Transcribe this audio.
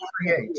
Create